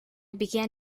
began